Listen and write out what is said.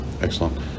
excellent